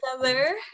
together